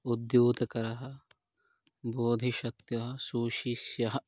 उद्योतकरः बोधशक्त्या सुशिष्यः